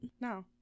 No